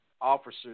officers